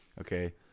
Okay